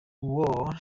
war